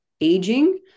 aging